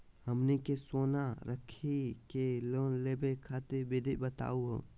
हमनी के सोना रखी के लोन लेवे खातीर विधि बताही हो?